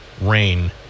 rain